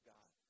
God